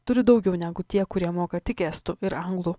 turi daugiau negu tie kurie moka tik estų ir anglų